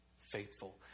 faithful